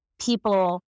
people